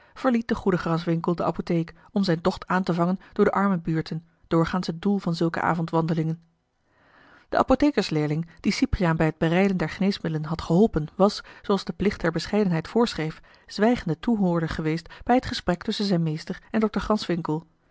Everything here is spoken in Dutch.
de goede graswinckel de apotheek om zijn tocht aan te vangen door de armen buurten doorgaans het doel van zulke avondwandelingen de apothekersleerling die cypriaan bij het bereiden der geneesmiddelen had geholpen was zooals de plicht der bescheidenheid voorschreef zwijgende toehoorder geweest bij het gesprek tusschen zijn meester en